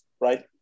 right